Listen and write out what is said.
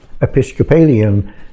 Episcopalian